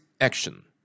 action